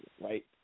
right